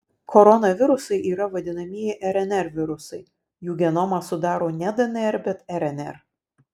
koronavirusai yra vadinamieji rnr virusai jų genomą sudaro ne dnr bet rnr